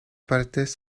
partes